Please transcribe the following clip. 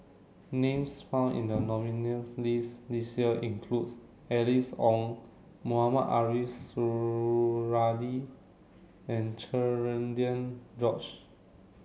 names found in the nominees' list this year include Alice Ong Mohamed Ariff Suradi and Cherian George